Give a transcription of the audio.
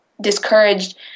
discouraged